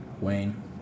Wayne